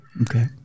Okay